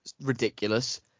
ridiculous